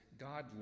God